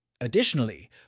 Additionally